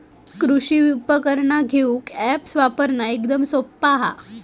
कृषि उपकरणा घेऊक अॅप्स वापरना एकदम सोप्पा हा